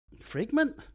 fragment